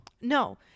No